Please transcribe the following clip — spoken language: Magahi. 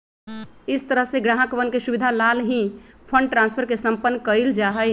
हर तरह से ग्राहकवन के सुविधा लाल ही फंड ट्रांस्फर के सम्पन्न कइल जा हई